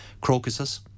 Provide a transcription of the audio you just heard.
Crocuses